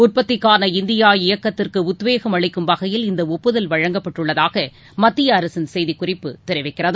உற்பத்திக்கான இந்தியா இயக்கத்திற்கு உத்வேகம் அளிக்கும் வகையில் இந்த ஒப்புதல் வழங்கப்பட்டுள்ளதாக மத்திய அரசின் செய்திக்குறிப்பு தெரிவிக்கிறது